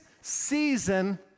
season